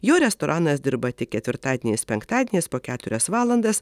jo restoranas dirba tik ketvirtadieniais penktadieniais po keturias valandas